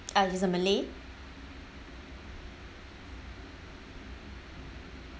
uh he's a malay